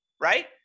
Right